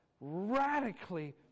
radically